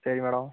சரி மேடம்